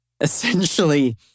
essentially